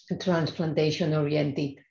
transplantation-oriented